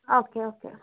okay okay